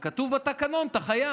אבל כתוב בתקנון, אתה חייב.